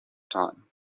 time